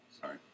Sorry